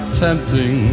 tempting